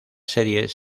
series